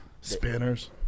Spinners